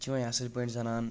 ییٚتہِ چھ وۄنۍ اصل پأٹھۍ زنان